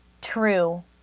true